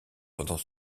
pendant